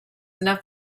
enough